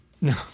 No